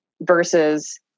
versus